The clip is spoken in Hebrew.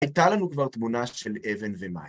הייתה לנו כבר תמונה של אבן ומים.